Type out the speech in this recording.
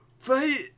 Fight